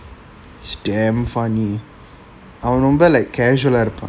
it's damn funny அவன் ரொம்ப:avan romba like casual ah இருக்கான்:irukkan